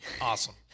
awesome